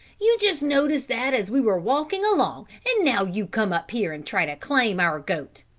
you just noticed that as we were walking along, and now you come up here and try to claim our goat.